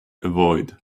avoid